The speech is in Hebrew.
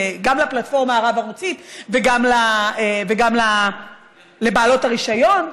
גם לפלטפורמה הרב-ערוצית וגם לבעלות הרישיון,